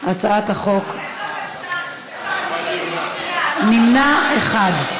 הצעת החוק נמנע אחד.